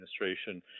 administration